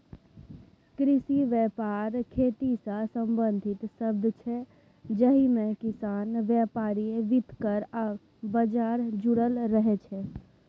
कृषि बेपार खेतीसँ संबंधित शब्द छै जाहिमे किसान, बेपारी, बितरक आ बजार जुरल रहय छै